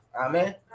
Amen